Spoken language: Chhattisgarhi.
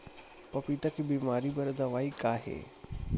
पपीता के बीमारी बर दवाई का हे?